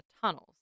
tunnels